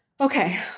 Okay